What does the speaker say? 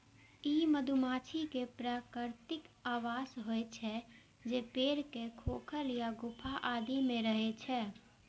ई मधुमाछी के प्राकृतिक आवास होइ छै, जे पेड़ के खोखल या गुफा आदि मे रहै छै